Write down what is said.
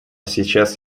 сейчас